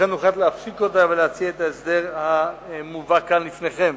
לכן הוחלט להפסיק אותה ולהציע את ההסדר המובא כאן לפניכם.